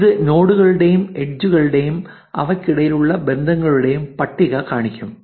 ഇത് നോഡുകളുടെയും എഡ്ജ് കളുടെയും അവയ്ക്കിടയിലുള്ള ബന്ധങ്ങളുടെയും പട്ടിക കാണിക്കും